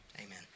Amen